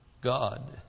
God